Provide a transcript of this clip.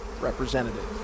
representative